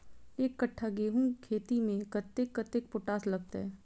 एक कट्ठा गेंहूँ खेती मे कतेक कतेक पोटाश लागतै?